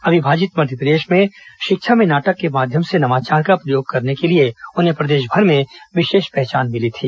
अविभाजित मध्यप्रदेश में शिक्षा में नाटक के माध्यम से नवाचार का प्रयोग करने के लिए उन्हें प्रदेशभर में विशेष पहचान मिली थी